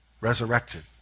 resurrected